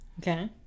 Okay